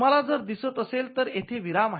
तुम्हाला जर दिसत असेल तर येथे विराम आहे